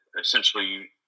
essentially